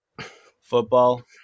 football